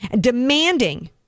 demanding